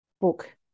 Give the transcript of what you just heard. book